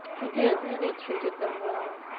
he did. and he treated them well.